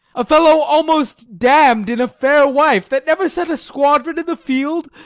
a fellow almost damn'd in a fair wife that never set a squadron in the field,